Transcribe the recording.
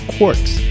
Quartz